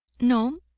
no.